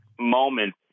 moment